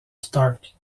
stark